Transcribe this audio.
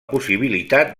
possibilitat